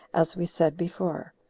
as we said before.